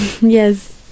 Yes